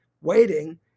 waiting